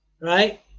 right